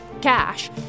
cash